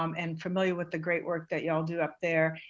um and familiar with the great work that you all do up there.